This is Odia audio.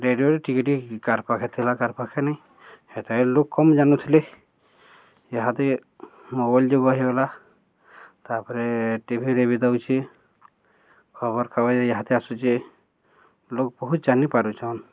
ରେଡ଼ିଓରେ ଟିକେଟ୍ କାର୍ ପାଖେ ଥିଲା କାର୍ ପାଖେ ନାହିଁ ହେଥି ଲୋକ କମ୍ ଜାନୁଥିଲେ ଯାହାତି ମୋବାଇଲ୍ ଯୁଗ ହୋଇଗଲା ତାପରେ ଟିଭିରେ ବି ଦଉଛେ ଖବର ଖାଗଜ ଯାହାତି ଆସୁଛେ ଲୋକ ବହୁତ ଜାନିପାରୁଛନ୍